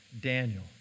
Daniel